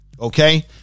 Okay